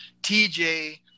TJ